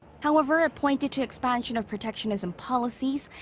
however, it pointed to expansion of protectionism policies.